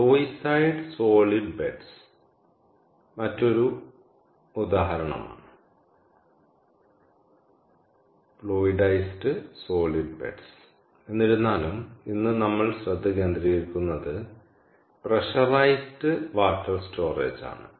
fluidised solid beds മറ്റൊരു ഉദാഹരണമാണ് എന്നിരുന്നാലും ഇന്ന് നമ്മൾ ശ്രദ്ധ കേന്ദ്രീകരിക്കുന്നത് പ്രെഷറൈസ്ഡ് വാട്ടർ സ്റ്റോറേജ് ആണ്